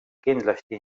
kindlasti